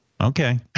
Okay